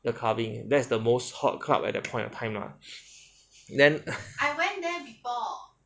the clubbing that's the most hot club at that point of time lah then